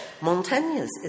Montaigne's